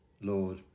Lord